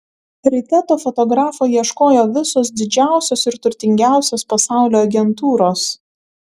ryte to fotografo ieškojo visos didžiausios ir turtingiausios pasaulio agentūros